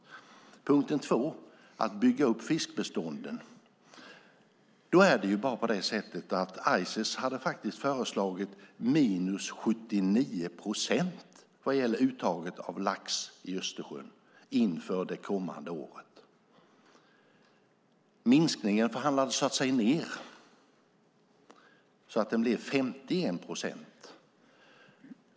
När det gäller punkt två, att bygga upp fiskbestånden, är det på det sättet att Ices hade föreslagit minus 79 procent för uttaget av lax i Östersjön inför det kommande året. Minskningen förhandlades så att säga ned, så att den blev 51 procent.